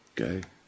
Okay